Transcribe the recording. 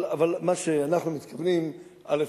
אבל מה שאנחנו מתכוונים, א.